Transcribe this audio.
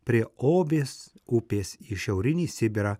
prie obės upės į šiaurinį sibirą